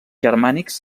germànics